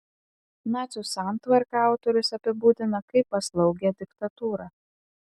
nacių santvarką autorius apibūdina kaip paslaugią diktatūrą